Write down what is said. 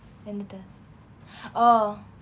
எந்த:entha test